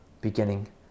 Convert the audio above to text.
beginning